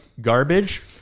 garbage